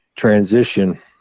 transition